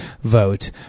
vote